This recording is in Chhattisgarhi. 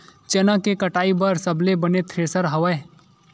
चना के कटाई बर सबले बने थ्रेसर हवय?